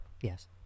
Yes